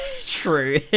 true